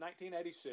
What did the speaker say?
1986